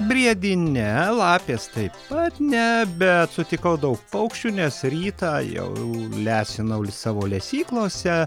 briedį ne lapės taip pat ne bet sutikau daug paukščių nes rytą jau lesinau il savo lesyklose